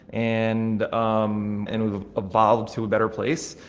and um and we've evolved to a better place.